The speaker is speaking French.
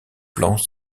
plans